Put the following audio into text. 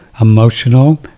emotional